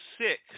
sick